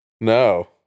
No